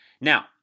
Now